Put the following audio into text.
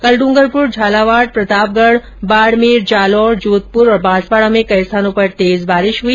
कल ड्रंगरपुर झालावाड प्रतापगढ बाडमेर जालोर जोधपुर और बांसवाडा में कई स्थानों पर तेज बारिश हुई